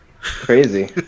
Crazy